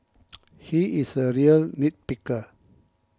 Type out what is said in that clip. he is a real nit picker